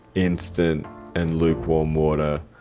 instant and lukewarm water.